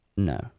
No